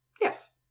Yes